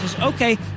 Okay